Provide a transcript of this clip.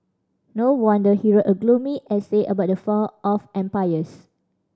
no wonder he wrote a gloomy essay about the fall of empires